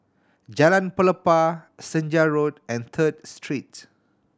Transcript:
Jalan Pelepah Senja Road and Third Street